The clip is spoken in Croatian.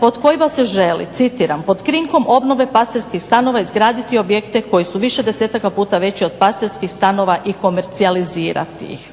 pod kojima se želi citiram "pod krinkom obnove pastirskih stanova izgraditi objekte koji su više desetaka puta veći od pastirskih stanova i komercijalizirati ih".